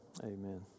amen